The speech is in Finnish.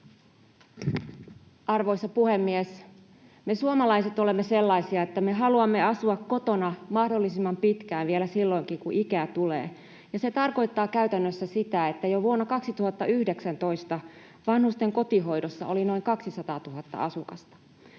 Arvoisa puhemies! Me suomalaiset olemme sellaisia, että me haluamme asua kotona mahdollisimmin pitkään, vielä silloinkin, kun ikää tulee, ja se tarkoittaa käytännössä sitä, että jo vuonna 2019 vanhusten kotihoidossa oli noin 200 000 asukasta.